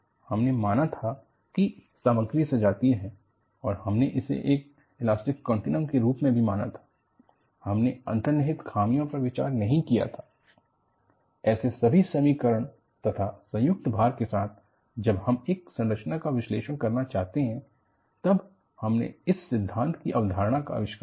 हमने माना था कि सामग्री सजातीय है हमने इसे एक इलास्टिक कंटिनम के रूप में भी माना था हमने अंतर्निहित खामियों पर विचार नहीं किया था ऐसे सभी समीकरण तथा संयुक्त भार के साथ जब हम एक संरचना का विश्लेषण करना चाहते हैं तब हमने इस सिद्धांत की अवधारणा का अविष्कार किया